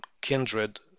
kindred